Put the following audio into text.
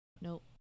Nope